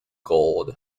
gold